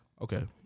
Okay